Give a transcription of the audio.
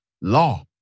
law